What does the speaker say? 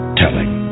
telling